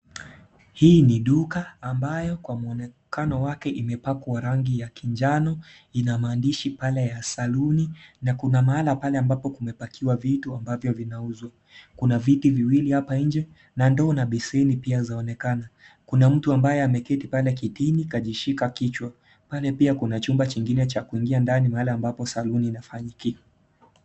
Hii ni duka ambayo kwa muonekano wake imepakwa rangi ya kijano, ina maandishi pale ya saluni na kuna maana pale ambapo kumepakiwa vitu ambavyo vinauzwa, kuna vitu viwili hapa nje, na ndoo na beseni pia zaonekana. Kuna mtu ambaye ameketi pale kitini kajishika kichwa. Pale pia kuna chumba chingine cha kuingia ndani mahali ambapo saluni inafanyikia.